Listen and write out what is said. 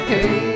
Hey